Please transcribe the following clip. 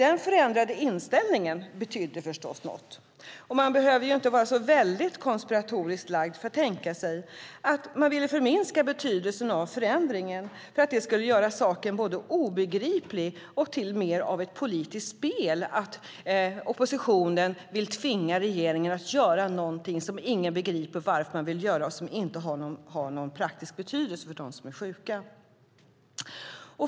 Den förändrade inställningen betydde förstås något. Man behöver inte vara så väldigt konspiratoriskt lagd för att tänka sig att man ville förminska betydelsen av förändringen för att det skulle göra saken både obegriplig och till mer av ett politiskt spel att oppositionen ville tvinga regeringen att göra någonting som ingen begriper varför man vill göra och som inte har någon praktisk betydelse för dem som är sjuka.